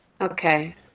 Okay